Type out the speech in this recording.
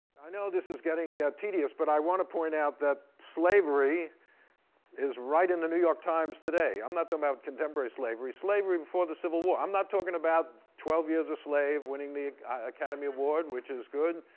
i know this is getting tedious, but i want to point out that slavery is right in the new york times today. i'm not talking about contemporary slavery, slavery before the civil war. i'm not talking about twelve years a slave winning the academy award, which is good.